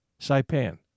Saipan